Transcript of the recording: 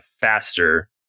faster